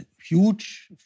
huge